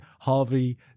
Harvey